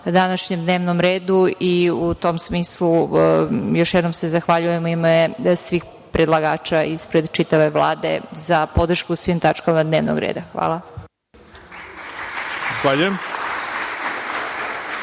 današnjem dnevnom redu i u tom smislu se još jednom zahvaljujem u ime svih predlagača u ime čitave Vlade za podršku svim tačkama dnevnog reda. Hvala. **Ivica